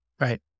Right